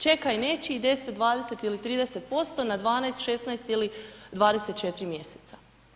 Čekaj nečijih 10, 20 ili 30% na 12, 16 ili 24 mjeseca.